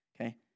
Okay